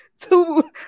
two